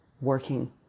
working